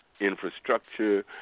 infrastructure